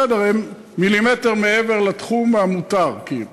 בסדר, הם מילימטר מעבר לתחום המותר, כאילו.